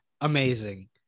amazing